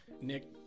Nick